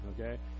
Okay